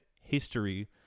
history